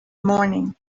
morning